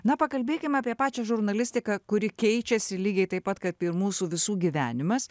na pakalbėkim apie pačią žurnalistiką kuri keičiasi lygiai taip pat kaip ir mūsų visų gyvenimas